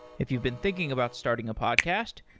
if you've been thinking about starting a podcast,